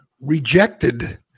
rejected